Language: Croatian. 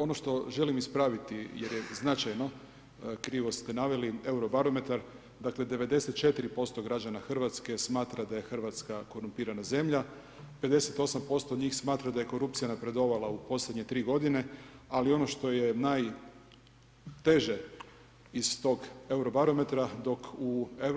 Ono što želim ispraviti jer je značajno krivo ste naveli Euro barometar dakle 94% građana Hrvatske smatra da je Hrvatska korumpirana zemlja, 58% njih smatra da je korupcija napredovala u posljednje tri godine, ali ono što je najteže iz toga Euro barometra dok u EU